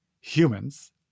humans